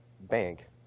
bank